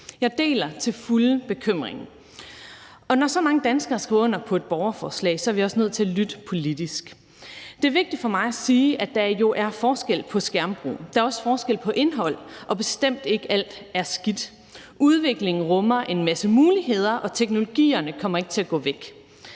Jeg deler til fulde bekymringen, og når så mange danskere skriver under på et borgerforslag, er vi også nødt til at lytte politisk. Det er vigtigt for mig at sige, at der jo er forskel på skærmbrugen. Der er også forskel på indhold, og bestemt ikke alt er skidt. Udviklingen rummer en masse muligheder, og teknologierne kommer ikke til at gå væk.